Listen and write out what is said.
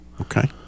okay